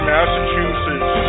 Massachusetts